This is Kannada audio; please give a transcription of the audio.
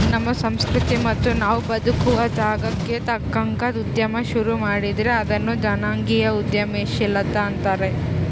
ನಮ್ಮ ಸಂಸ್ಕೃತಿ ಮತ್ತೆ ನಾವು ಬದುಕುವ ಜಾಗಕ್ಕ ತಕ್ಕಂಗ ಉದ್ಯಮ ಶುರು ಮಾಡಿದ್ರೆ ಅದನ್ನ ಜನಾಂಗೀಯ ಉದ್ಯಮಶೀಲತೆ ಅಂತಾರೆ